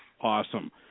Awesome